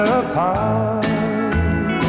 apart